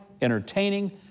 entertaining